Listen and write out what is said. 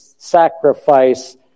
sacrifice